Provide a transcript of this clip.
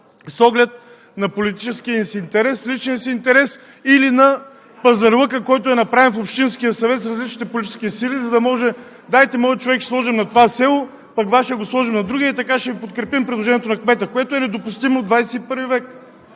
с оглед на политическия си интерес, личния си интерес или на пазарлъка, който е направен в общинския съвет за различните политически сили, за да може – дайте моя човек ще сложим на това село, пък Вашия ще го сложим на други и така ще Ви подкрепим предложението за кмета, което е недопустимо в ХХI век.